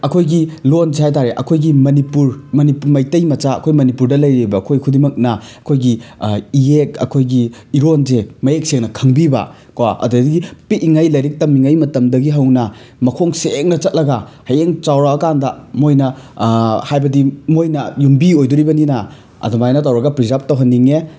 ꯑꯩꯈꯣꯏꯒꯤ ꯂꯣꯟꯁꯦ ꯍꯥꯏ ꯇꯥꯔꯦ ꯑꯩꯈꯣꯏꯒꯤ ꯃꯅꯤꯄꯨꯔ ꯃꯅꯤꯄꯨ ꯃꯩꯇꯩ ꯃꯆꯥ ꯑꯩꯈꯣꯏ ꯃꯅꯤꯄꯨꯔꯗ ꯂꯩꯔꯤꯕ ꯑꯩꯈꯣꯏ ꯈꯨꯗꯤꯡꯃꯛꯅ ꯑꯩꯈꯣꯏꯒꯤ ꯏꯌꯦꯛ ꯑꯩꯈꯣꯏꯒꯤ ꯏꯔꯣꯟꯖꯦ ꯃꯌꯦꯛ ꯁꯦꯡꯅ ꯈꯪꯕꯤꯕ ꯀꯣ ꯑꯗꯒꯤ ꯄꯤꯛꯏꯉꯩ ꯂꯥꯏꯔꯤꯛ ꯇꯝꯃꯤꯉꯩ ꯃꯇꯝꯗꯒꯤ ꯍꯧꯅ ꯃꯈꯣꯡ ꯁꯦꯡꯅ ꯆꯠꯂꯒ ꯍꯌꯦꯡ ꯆꯥꯎꯔꯛꯑꯀꯥꯟꯗ ꯃꯣꯏꯅ ꯍꯥꯏꯕꯗꯤ ꯃꯣꯏꯅ ꯌꯨꯝꯕꯤ ꯑꯣꯏꯗꯨꯔꯤꯕꯅꯤꯅ ꯑꯗꯨꯃꯥꯏꯅ ꯇꯧꯔꯒ ꯄ꯭ꯔꯤꯖꯥꯔꯞ ꯇꯧꯍꯟꯅꯤꯡꯉꯦ